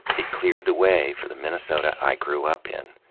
it cleared the way for the minnesota i grew up in,